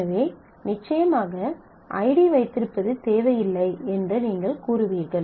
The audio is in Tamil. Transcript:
எனவே நிச்சயமாக ஐடி வைத்திருப்பது தேவையில்லை என்று நீங்கள் கூறுவீர்கள்